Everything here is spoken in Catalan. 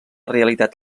realitat